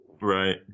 right